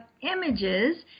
images